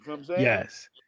yes